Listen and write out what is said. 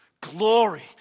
Glory